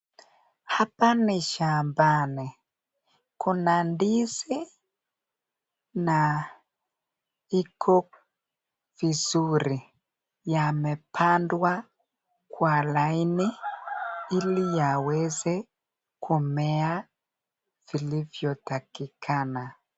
Hapa ni shambani. Kuna ndizi na iko vizuri. Yamepandwa kwa laini ili yaweze kumea vilivyotakikana.